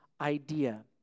idea